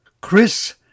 Chris